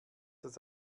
das